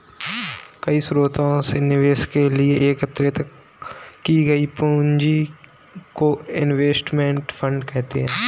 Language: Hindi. कई स्रोतों से निवेश के लिए एकत्रित की गई पूंजी को इनवेस्टमेंट फंड कहते हैं